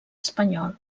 espanyol